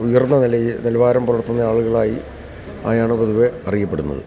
ഉയർന്ന നിലയിൽ നിലവാരം പുലർത്തുന്ന ആളുകളായി ആയാണ് പൊതുവെ അറിയപ്പെടുന്നത്